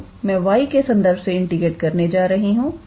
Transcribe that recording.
तो मैं y के संदर्भ से इंटीग्रेट करने जा रही हूं